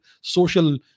social